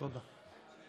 תודה.